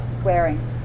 swearing